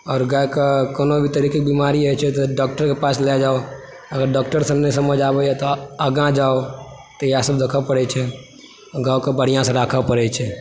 आओर गाय के कोनो भी तरह के बीमारी होइ छै तऽ डॉक्टर के पास लय जाउ आओर डॉक्टर के नहि समझ मे आबेया तऽ आगाँ जाउ तऽ इएह सब देखऽ पड़ै छै गायके बढ़िऑं सऽ राखऽ पड़ै छै